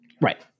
Right